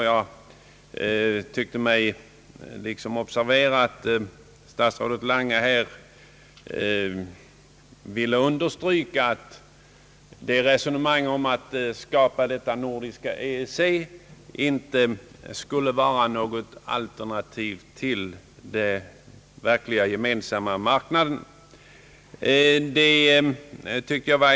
Jag tycker mig observera att statsrådet Lange vill understryka resonemanget om att det inte skulle vara något alternativ till den verkliga Gemensamma marknaden att skapa detta nordiska EEC.